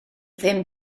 ddim